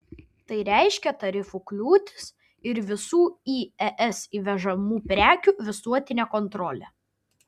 tai reiškia tarifų kliūtis ir visų į es įvežamų prekių visuotinę kontrolę